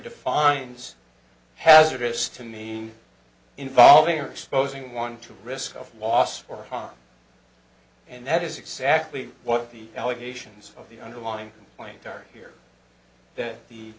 defines hazardous to mean involving are exposing one to risk of loss for harm and that is exactly what the allegations of the underlying point guard here that the